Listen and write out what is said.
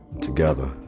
together